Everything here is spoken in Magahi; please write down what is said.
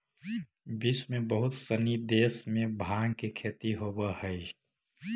विश्व के बहुत सनी देश में भाँग के खेती होवऽ हइ